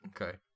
Okay